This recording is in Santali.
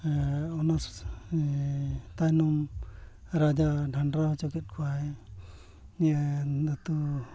ᱚᱱᱟ ᱛᱟᱭᱱᱚᱢ ᱨᱟᱡᱟ ᱰᱟᱸᱰᱨᱟᱣ ᱦᱚᱪᱚ ᱠᱮᱜ ᱠᱚᱣᱟᱭ ᱡᱮ ᱱᱟᱹᱛᱩ